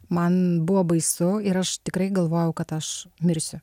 man buvo baisu ir aš tikrai galvojau kad aš mirsiu